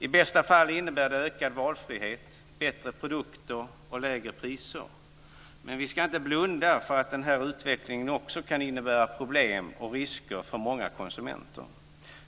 I bästa fall innebär det ökad valfrihet, bättre produkter och lägre priser. Men vi ska inte blunda för att den här utvecklingen också kan innebära problem och risker för många konsumenter.